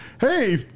hey